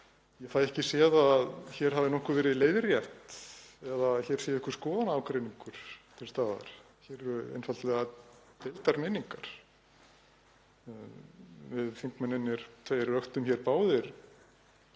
Ég fæ ekki séð að hér hafi nokkuð verið leiðrétt eða að einhver skoðanaágreiningur sé til staðar, hér eru einfaldlega deildar meiningar. Við þingmennirnir tveir röktum báðir